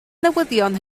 newyddion